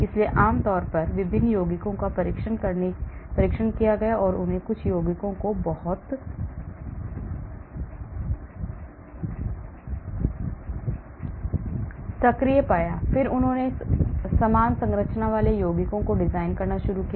इसलिए आम तौर पर विभिन्न यौगिकों का परीक्षण किया गया और उन्होंने कुछ यौगिकों को बहुत सक्रिय पाया फिर उन्होंने समान संरचना वाले यौगिकों को डिजाइन करना शुरू किया